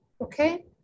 Okay